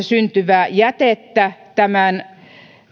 syntyvää jätettä tämän